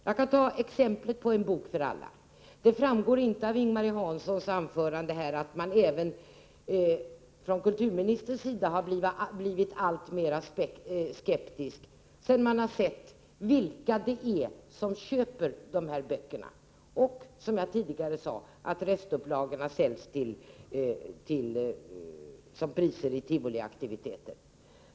Jag kan ta exemplet med En bok för alla. Det framgick inte av Ing-Marie Hanssons anförande att även kulturministern har blivit alltmera skeptisk, sedan det blivit klart vilka det är som köper de här böckerna och, som jag tidigare sade, att restupplagorna säljs för att användas som priser vid tivoliaktiviteter.